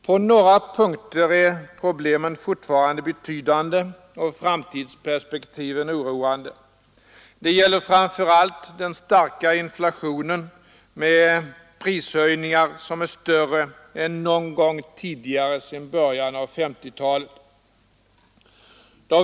På några punkter är problemen fortfarande betydande och framtidsperspektiven oroande. Det gäller framför allt den starka inflationen med prishöjningar som är större än någon gång tidigare sedan början av 1950-talet.